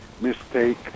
mistake